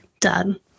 done